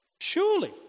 Surely